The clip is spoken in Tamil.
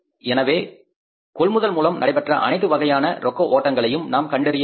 எனவே கொள்முதல் மூலம் நடைபெற்ற அனைத்து வகையான கேஸ் அவுட்ப்ளொஸ்ஐ நாம் கண்டறியவேண்டும்